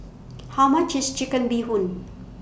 How much IS Chicken Bee Hoon